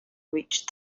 reached